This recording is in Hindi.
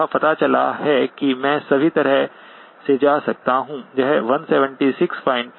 यह पता चला है कि मैं सभी तरह से जा सकता हूं